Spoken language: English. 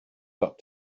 got